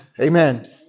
Amen